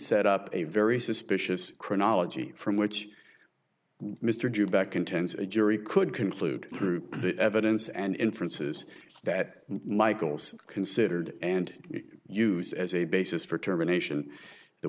set up a very suspicious chronology from which mr due back contends a jury could conclude through the evidence and inferences that michaels considered and used as a basis for termination the